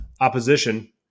opposition